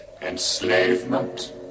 enslavement